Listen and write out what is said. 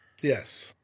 Yes